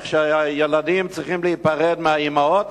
איך הילדים צריכים להיפרד מהאמהות,